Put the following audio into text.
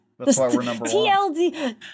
TLD